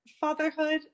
fatherhood